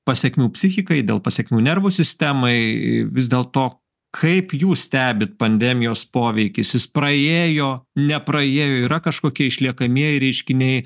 pasekmių psichikai dėl pasekmių nervų sistemai vis dėl to kaip jūs stebit pandemijos poveikis jis praėjo nepraėjo yra kažkokie išliekamieji reiškiniai